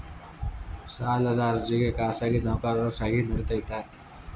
ಸಾಲದ ಅರ್ಜಿಗೆ ಖಾಸಗಿ ನೌಕರರ ಸಹಿ ನಡಿತೈತಿ?